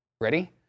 ready